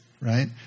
right